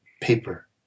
paper